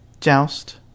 Joust